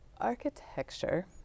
architecture